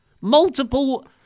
multiple